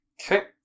Okay